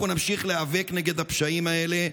אנחנו נמשיך להיאבק נגד הפשעים האלה,